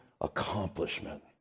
accomplishment